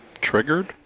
triggered